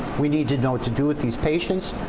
we need to know what to do with these patients.